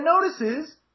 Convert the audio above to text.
notices